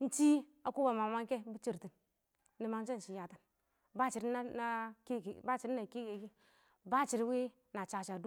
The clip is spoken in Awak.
ɪng shɪ a kɔ ba mang mangɛ kɛ ɪng shɪ yatɪn ba shɪdɔ na na kɛ kɪ, ba shɪdɔ na kɛkɛ wɪ kɪ ba shɪdɔ na shasha wɛ kɛ.